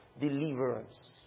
deliverance